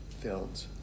filled